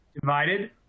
divided